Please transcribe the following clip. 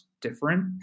different